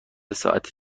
ساعت